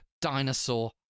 Dinosaur